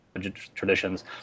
traditions